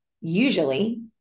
usually